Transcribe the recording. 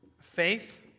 faith